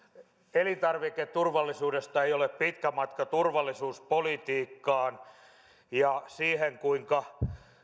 elintarviketurvallisuudesta ei ole pitkä matka turvallisuuspolitiikkaan ja siihen kuinka